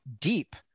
deep